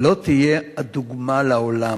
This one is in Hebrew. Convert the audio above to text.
לא תהיה הדוגמה לעולם,